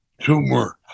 tumor